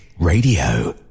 Radio